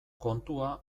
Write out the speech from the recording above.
kontua